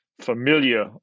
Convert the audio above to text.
familiar